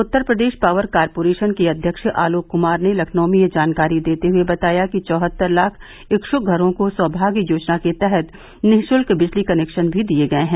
उत्तर Pradesh power corporation के अध्यक्ष आलोक कुमार ने लखनऊ में यह जानकारी देते हए बताया कि चौहत्तर लाख इच्छ्क घरों को सौभाग्य योजना के तहत निश्चल्क बिजली कनेक्शन भी दिये गये हैं